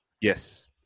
yes